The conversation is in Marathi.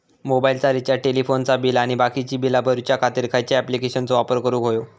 मोबाईलाचा रिचार्ज टेलिफोनाचा बिल आणि बाकीची बिला भरूच्या खातीर खयच्या ॲप्लिकेशनाचो वापर करूक होयो?